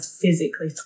physically